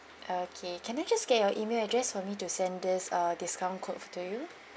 okay can I just get your email address for me to send this uh discount codes to you